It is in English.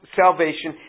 salvation